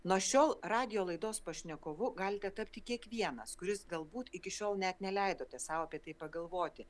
nuo šiol radijo laidos pašnekovu galite tapti kiekvienas kuris galbūt iki šiol net neleidote sau apie tai pagalvoti